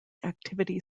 activity